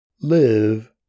Live